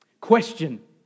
Question